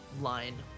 Line